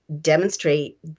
demonstrate